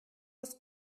ist